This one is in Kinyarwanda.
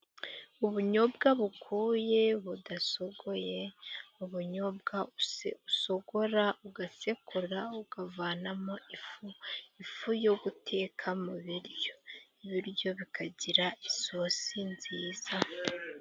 Ubunyobwa bukuye budasogoye. Ubunyobwa usogora, ugasekura, ukavanamo ifu, ifu yo guteka mu biryo. Ibiryo bikagira isosi nziza.